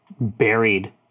buried